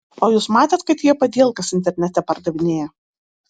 o jūs matėt kad jie padielkas internete pardavinėja